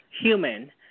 human